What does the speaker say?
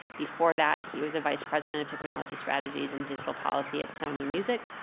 before that, he was a vice president of technology strategies and digital policy at sony music.